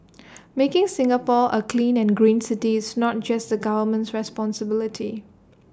making Singapore A clean and green city is not just the government's responsibility